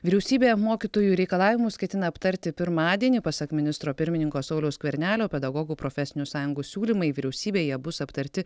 vyriausybė mokytojų reikalavimus ketina aptarti pirmadienį pasak ministro pirmininko sauliaus skvernelio pedagogų profesinių sąjungų siūlymai vyriausybėje bus aptarti